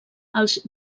als